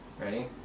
Ready